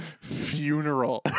funeral